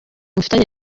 mfitanye